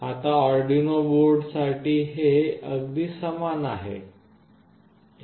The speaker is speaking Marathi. आता अर्डिनो बोर्ड साठी हे अगदी समान आहे